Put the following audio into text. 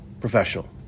professional